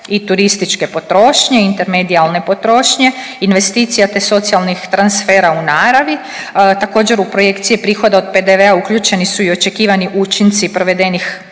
i turističke potrošnje, intermedijalne potrošnje, investicija te socijalnih transfera u naravi. Također u projekcije prihoda od PDV-a uključeni su i očekivani učinci provedenih